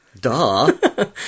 Duh